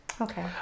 Okay